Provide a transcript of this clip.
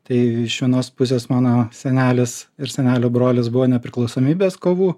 tai iš vienos pusės mano senelis ir senelio brolis buvo nepriklausomybės kovų